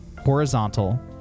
horizontal